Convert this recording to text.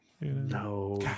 No